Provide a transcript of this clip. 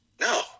no